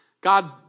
God